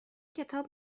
کتاب